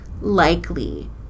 likely